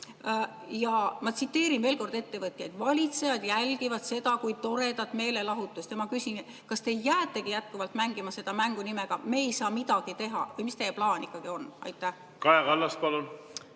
Ma tsiteerin veel kord ettevõtjaid: "Valitsejad jälgivad seda kui toredat meelelahutust." Ja ma küsin: kas te jäätegi jätkuvalt mängima seda mängu nimega "Me ei saa midagi teha" või mis teie plaan ikkagi on? Kaja Kallas, palun!